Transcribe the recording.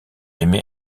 émet